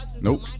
Nope